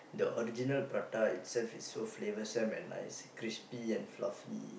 the original prata itself is so flavorsome and nice crispy and fluffy